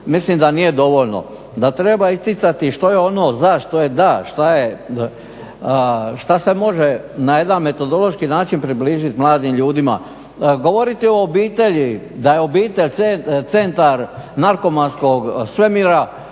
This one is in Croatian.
mislim da nije dovoljno, da treba isticati što je ono za, što je da, šta se može na jedan metodološki način približit mladim ljudima. Govoriti o obitelji, da je obitelj centar narkomanskog svemira